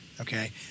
Okay